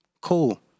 cool